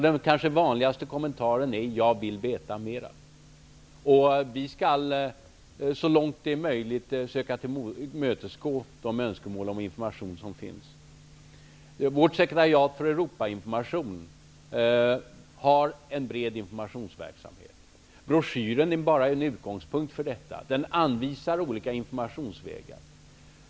Den kanske vanligaste kommentaren är: Jag vill veta mera. Så långt det är möjligt skall vi försöka tillmötesgå de önskemål om information som finns. Sekretariatet för Europainformation bedriver en bred informationsverksamhet. Broschyren är bara en utgångspunkt för detta. Den anvisar olika informationsvägar.